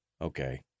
okay